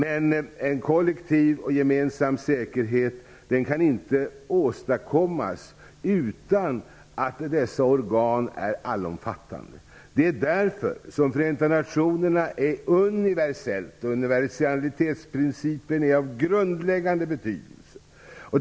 En kollektiv och gemensam säkerhet kan emellertid inte åstadkommas utan att dessa organ är allomfattande. Det är därför som Förenta nationerna är universellt. Universalitetsprincipen är av grundläggande betydels.